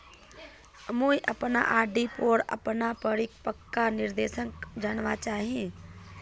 मुई अपना आर.डी पोर अपना परिपक्वता निर्देश जानवा चहची